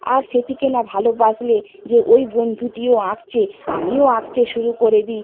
আর সেটিকে না ভালবাসলে যে ওই বন্ধুটিও আঁকছে আমিও আঁকতে শুরু করে দিই